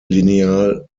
lineal